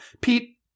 Pete